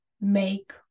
Make